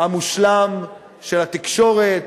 המושלם של התקשורת,